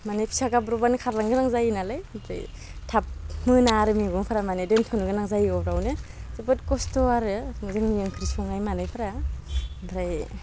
माने फिसा गाब्रब्बानो खारनो गोनां जायो नालाय ओमफ्राय थाब मोना आरो मेगंफोरा माने दोन्थ'नो गोनां जायो अरावनो जोबोद खस्थ' आरो जोंनि ओंख्रि संनाय मानायफ्रा ओमफ्राय